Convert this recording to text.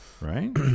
right